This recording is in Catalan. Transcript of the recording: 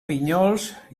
vinyols